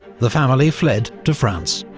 the family fled to france.